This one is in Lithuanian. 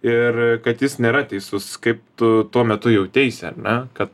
ir kad jis nėra teisus kaip tu tuo metu jauteisi ar ne kad